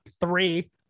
three